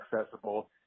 accessible